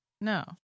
No